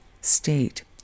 state